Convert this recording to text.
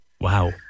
Wow